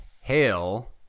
Hail